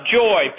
joy